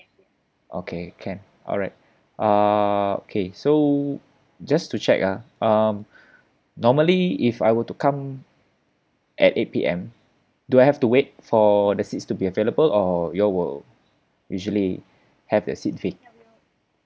okay can alright uh okay so just to check ah um normally if I were to come at eight P_M do I have to wait for the seats to be available or you all will usually have the seat re~